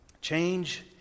Change